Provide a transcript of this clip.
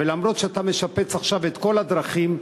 ואף שאתה משפץ עכשיו את כל הדרכים,